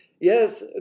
yes